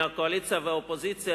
מהקואליציה ומהאופוזיציה,